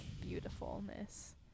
beautifulness